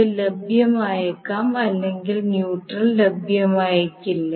ഇത് ലഭ്യമായേക്കാം അല്ലെങ്കിൽ ന്യൂട്രൽ ലഭ്യമായേക്കില്ല